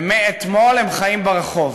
ומאתמול הם חיים ברחוב.